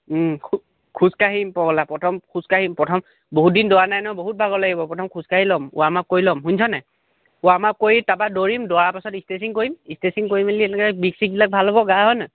খোজকাাঢ়িম পগলা প্ৰথম খোজকাঢ়িম প্ৰথম বহুত দিন দৌৰা নাই নহয় বহুত ভাগৰ লাগিব প্ৰথম খোকাঢ়ি ল'ম ৱাৰ্ম আপ কৰি ল'ম শুনিছ নাই ৱাৰ্ম আপ কৰি তাৰপৰা দৌৰিম দৌৰাৰ পাছত ষ্ট্ৰেচিং কৰিম ষ্ট্ৰেচিং কৰি মেলি এনেকৈ বিষ চিষবিলাক ভাল হ'ব গাৰ হয় নহয়